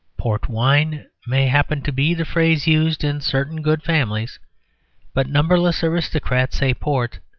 port wine may happen to be the phrase used in certain good families but numberless aristocrats say port,